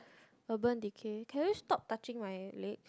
Urban-Decay can you stop touching my leg